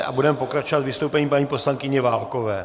A budeme pokračovat vystoupením paní poslankyně Válkové.